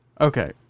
Okay